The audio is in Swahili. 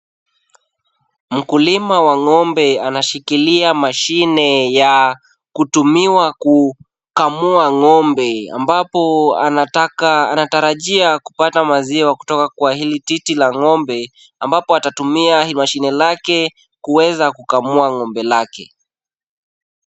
Mkulima wa ng'ombe anashikilia mashine ya kutumiwa kukamua ng'ombe, ambapo anatarajia kupata maziwa kutoka kwa hili titi la ng'ombe, ambapo atatumia mashine lake kuweza kukamua ng'ombe lake.